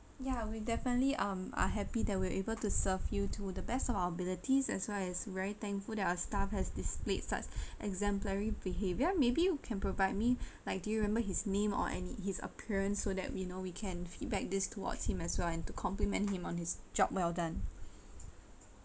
yeah we definitely um are happy that we're able to serve you to the best of our abilities as well as very thankful that our staff has displayed such exemplary behaviour maybe you can provide me like do you remember his name or any his appearance so that we know we can feedback this towards him as well and to compliment him on his job well done